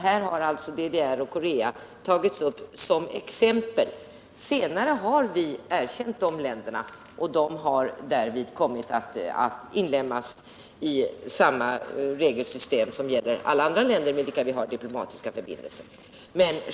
Här har alltså DDR och Korea tagits upp som exempel. Senare har vi erkänt dessa länder, varefter de har kommit att inlemmas i samma regelsystem som det som gäller för alla andra länder med vilka vi har diplomatiska förbindelser.